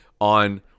on